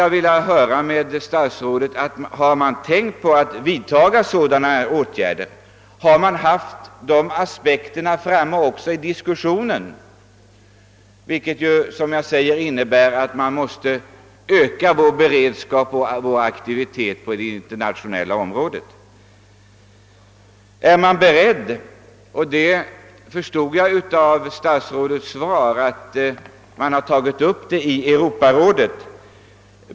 Jag vill därför fråga statsrådet om man, när man tänkt vidtaga sådana åtgärder, tagit upp också dessa aspekter i diskussionen. Dessa synpunkter leder alltså till att vi måste öka vår beredskap och vår aktivitet på det internationella området. Jag förstod av statsrådets svar att dessa frågor tagits upp i Europarådet.